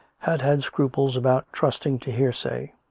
had had scruples about trusting to hearsay.